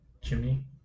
chimney